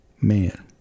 man